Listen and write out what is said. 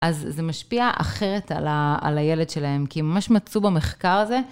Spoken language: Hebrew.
אז זה משפיע אחרת על הילד שלהם, כי הם ממש מצאו במחקר הזה.